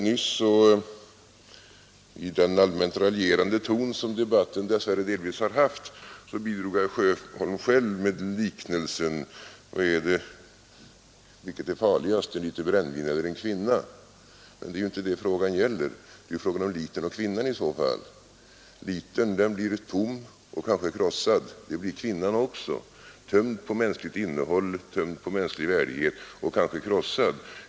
Till den allmänt raljerande ton som debatten dess värre delvis har haft bidrog herr Sjöholm ny ilv med liknelsen: Vilket är farligast, en liter brännvin eller en kvinna? Men det är inte det frågan gäller; liknelsen skulle i så fall avse litern och kvinnan. Litern blir tom och kanske krossad, och det blir kvinnan också — tömd på mänskligt innehåll, tömd på mänsklig värdighet, och kanske krossad.